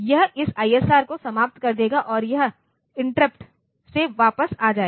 यह इस ISR को समाप्त कर देगा और यह इंटरप्ट से वापस आ जाएगा